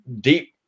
deep